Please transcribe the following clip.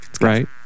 right